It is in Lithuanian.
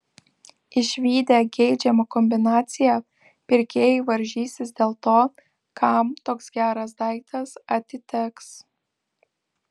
išvydę geidžiamą kombinaciją pirkėjai varžysis dėl to kam toks geras daiktas atiteks